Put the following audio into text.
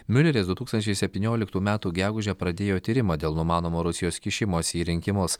miuleris du tūkstančiai septynioliktų metų gegužę pradėjo tyrimą dėl numanomo rusijos kišimosi į rinkimus